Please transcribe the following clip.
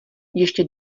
ještě